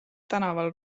tänaval